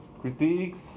critiques